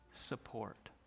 support